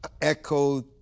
echoed